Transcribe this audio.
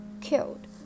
killed